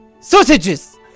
Sausages